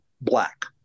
black